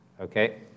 Okay